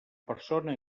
persona